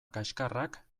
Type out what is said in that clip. kaxkarrak